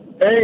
Hey